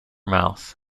mouth